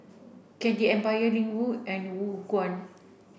Candy Empire Ling Wu and Khong Guan